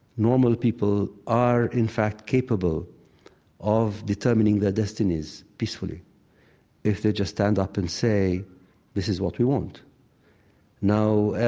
normal people, are in fact capable of determining their destinies peacefully if they just stand up and say this is what we want now,